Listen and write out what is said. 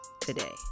today